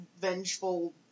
vengeful